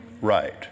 right